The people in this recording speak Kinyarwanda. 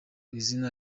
izina